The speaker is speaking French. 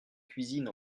cuisine